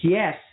yes